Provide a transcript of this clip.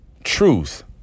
truth